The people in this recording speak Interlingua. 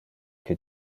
que